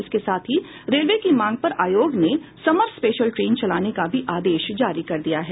इसके साथ ही रेलवे की मांग पर आयोग ने समर स्पेशल ट्रेन चलाने का भी आदेश जारी कर दिया है